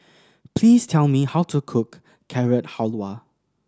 please tell me how to cook Carrot Halwa